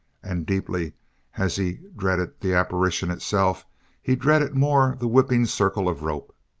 and deeply as he dreaded the apparition itself he dreaded more the whipping circle of rope.